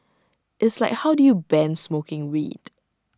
it's like how do you ban smoking weed